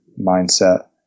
mindset